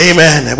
Amen